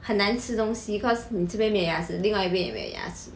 很难吃东西 cause 你这边没有牙齿另外一边也没有牙齿